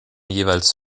jeweils